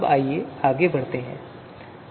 आइए आगे बढ़ते हैं